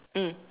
mm